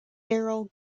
daryl